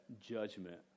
judgment